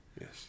Yes